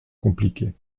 compliqué